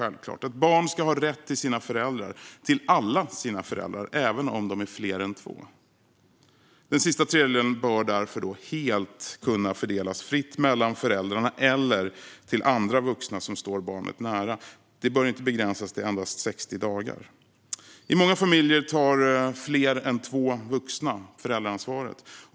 Ett barn ska ha rätt till sina föräldrar, till alla sina föräldrar, även om de är fler än två. Den sista tredjedelen bör därför helt fritt kunna fördelas mellan föräldrarna eller till andra vuxna som står barnet nära. Det bör inte begränsas till endast 60 dagar. I många familjer tar fler än två vuxna föräldraansvaret.